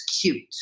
cute